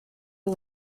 are